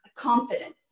Confidence